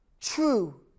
true